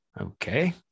okay